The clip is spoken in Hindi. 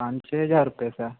पाँच छः हज़ार रूपये सर